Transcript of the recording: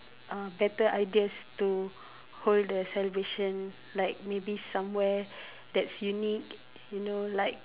uh better ideas to hold the celebration like maybe somewhere that's unique you know like